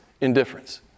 indifference